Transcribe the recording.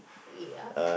eat ah